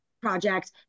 project